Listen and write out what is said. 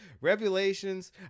Revelations